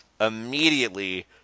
Immediately